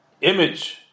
image